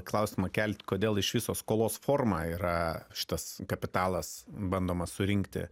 klausimą kelt kodėl iš viso skolos forma yra šitas kapitalas bandomas surinkti